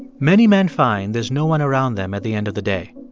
many men find there's no one around them at the end of the day.